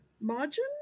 margin